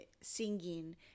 singing